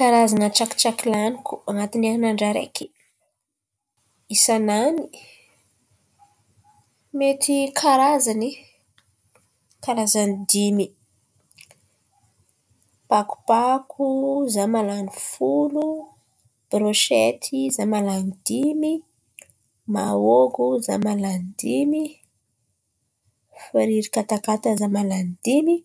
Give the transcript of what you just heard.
Karazan̈a tsakitsaky laniko an̈atin'ny herinandra araiky, isanany mety karazany, karazan̈y dimy. Pakopako izaho mahalan̈y folo, brôshety izaho mahalan̈y dimy, mahôgo izaho mahalan̈y dimy, firiry katakata izaho mahalany dimy,